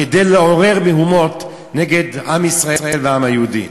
כדי לעורר מהומות נגד עם ישראל והעם היהודי.